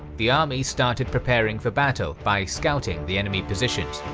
the armies started preparing for battle by scouting the enemy positions.